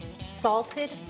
salted